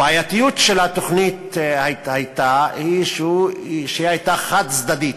הבעייתיות של התוכנית הייתה שהיא הייתה חד-צדדית,